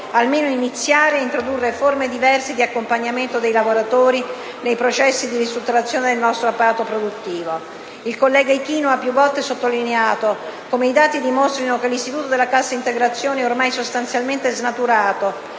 almeno iniziare a introdurre forme diverse di accompagnamento dei lavoratori nei processi di ristrutturazione del nostro apparato produttivo. Il collega Ichino ha più volte sottolineato come i dati dimostrino che l'istituto della cassa integrazione è ormai sostanzialmente snaturato,